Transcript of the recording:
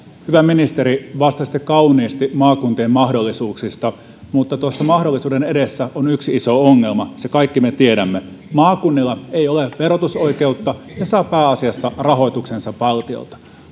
hyvä ministeri vastasitte kauniisti maakuntien mahdollisuuksista mutta tuossa mahdollisuuden edessä on yksi iso ongelma sen kaikki me tiedämme maakunnilla ei ole verotusoikeutta ja ne saavat pääasiassa rahoituksensa valtiolta